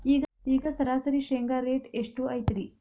ಈಗ ಸರಾಸರಿ ಶೇಂಗಾ ರೇಟ್ ಎಷ್ಟು ಐತ್ರಿ?